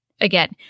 Again